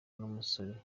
n’umusore